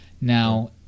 now